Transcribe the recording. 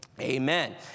amen